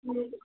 हुन्छ